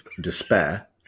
despair